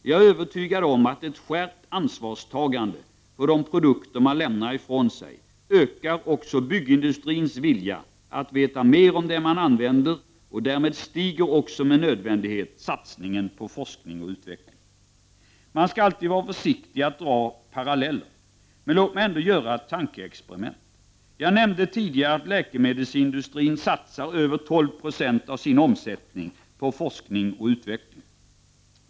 Jag är övertygad om att ett skärpt ansvarstagande för de produkter man lämnar ifrån sig ökar också byggindustrins vilja att veta mer om det man använder, och därmed stiger också med nödvändighet satsningen på forskning och utveckling. Man skall alltid vara försiktig med att dra paralleller men låt mig ändå göra ett tankeexperiment. Jag nämnde tidigare att läkemedelsindustrin satsar över 12 90 av sin omsättning på forskning och utveckling.